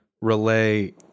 relay